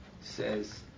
says